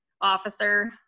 officer